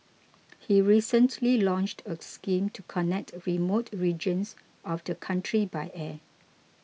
he recently launched a scheme to connect remote regions of the country by air